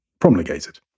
promulgated